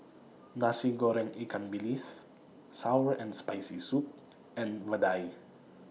Nasi Goreng Ikan Bilis Sour and Spicy Soup and Vadai